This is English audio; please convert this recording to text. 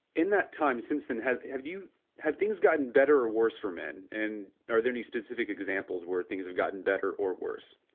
in that time since then have have you have things gotten better or worse for men, and are there any specific examples where things have gotten better or worse?